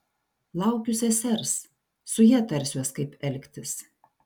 laukiu sesers su ja tarsiuos kaip elgtis